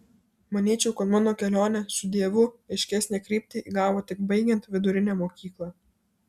manyčiau kad mano kelionė su dievu aiškesnę kryptį įgavo tik baigiant vidurinę mokyklą